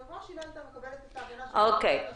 מראש היא לא הייתה מקבלת את ההגנה של חוק עבודת נשים.